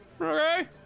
Okay